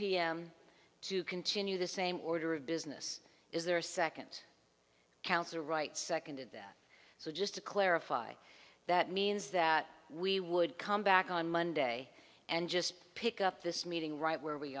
pm to continue the same order of business is their second counts the right second in that so just to clarify that means that we would come back on monday and just pick up this meeting right where we